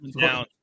down